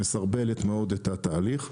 מסרבלת מאוד את התהליך.